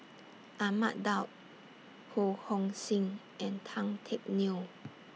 Ahmad Daud Ho Hong Sing and Tan Teck Neo